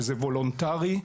שזה וולונטרי,